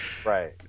Right